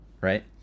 Right